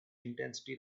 intensity